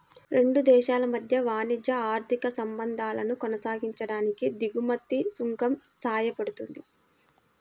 రెండు దేశాల మధ్య వాణిజ్య, ఆర్థిక సంబంధాలను కొనసాగించడానికి దిగుమతి సుంకం సాయపడుతుంది